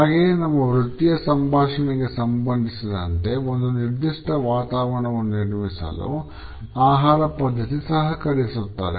ಹಾಗೆಯೇ ನಮ್ಮ ವೃತ್ತಿಯ ಸಂಭಾಷಣೆಗೆ ಸಂಬಂಧಿಸಿದಂತೆ ಒಂದು ನಿರ್ದಿಷ್ಟ ವಾತಾವರಣವನ್ನು ನಿರ್ಮಿಸಲು ಆಹಾರ ಪದ್ಧತಿ ಸಹಕರಿಸುತ್ತದೆ